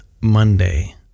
Monday